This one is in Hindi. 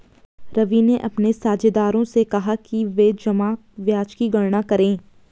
रवि ने अपने साझेदारों से कहा कि वे जमा ब्याज की गणना करें